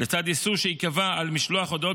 לצד איסור שייקבע של משלוח הודעות